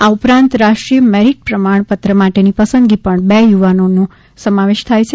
આ ઉપરાંત રાષ્ટ્રીય મેરિટ પ્રમાણપ્રત્ર માટેની પસંદગી પણ બે યુવાનોને સમાવેશ થાય છે